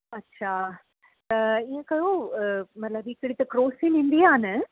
अच्छा त हीअं कयो अ मतिलबु हिकिड़ी त क्रोसिन ईंदी आहे न